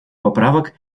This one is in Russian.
поправок